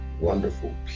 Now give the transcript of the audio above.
wonderful